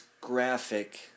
graphic